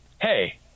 hey